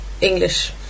English